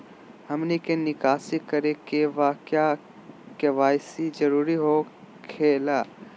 हमनी के निकासी करे के बा क्या के.वाई.सी जरूरी हो खेला?